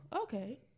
okay